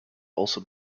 also